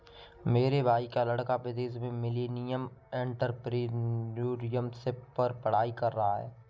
मेरे भाई का लड़का विदेश में मिलेनियल एंटरप्रेन्योरशिप पर पढ़ाई कर रहा है